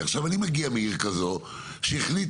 אני מגיע מעיר כזו שהחליטה,